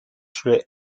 sulle